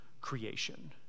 creation